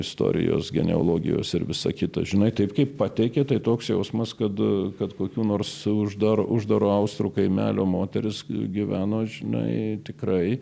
istorijos genealogijos ir visa kita žinai taip kaip pateikė tai toks jausmas kad kad kokių nors uždaro uždaro austrų kaimelio moteris gyveno žinai tikrai